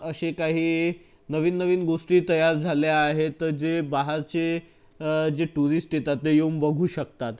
अशा काही नवीननवीन गोष्टी तयार झाल्या आहेत जे बाहेरचे जे टुरिस्ट येतात ते येऊन बघू शकतात